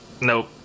Nope